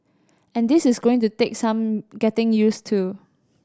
and this is going to take some getting use to